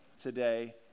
today